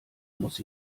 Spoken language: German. muss